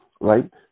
right